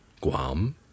Guam